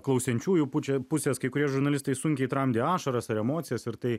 klausiančiųjų pučia pusės kai kurie žurnalistai sunkiai tramdė ašaras ar emocijas ir tai